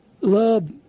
love